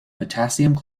potassium